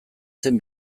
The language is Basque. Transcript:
zen